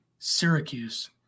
Syracuse